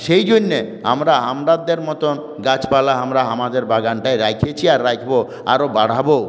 সেই জন্যে আমরা আমাদের মতন গাছপালা আমরা আমাদের বাগানটায় রেখেছি আর রাখবো আরো বাড়াবো